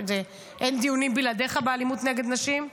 אין דיונים בלעדיך על אלימות נגד נשים,